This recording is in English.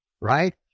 right